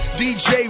dj